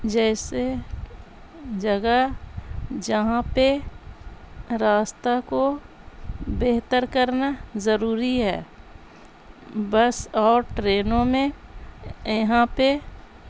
جیسے جگہ جہاں پہ راستہ کو بہتر کرنا ضروری ہے بس اور ٹرینوں میں یہاں پہ